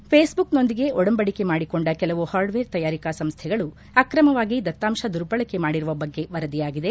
ಫೇಸ್ಬುಕ್ನೊಂದಿಗೆ ಒಡಂಬಡಿಕೆ ಮಾಡಿಕೊಂಡ ಕೆಲವು ಹಾರ್ಡ್ವೇರ್ ತಯಾರಿಕಾ ಸಂಸೈಗಳು ಆಕ್ರಮವಾಗಿ ದತ್ತಾಂಶ ದುರ್ಬಳಕೆ ಮಾಡಿರುವ ಬಗ್ಗೆ ವರದಿಯಾಗಿದೆ